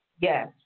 Yes